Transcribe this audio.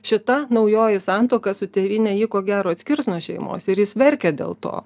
šita naujoji santuoka su tėvyne jį ko gero atskirs nuo šeimos ir jis verkia dėl to